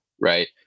right